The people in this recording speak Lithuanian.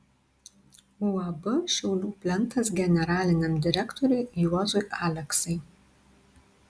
uab šiaulių plentas generaliniam direktoriui juozui aleksai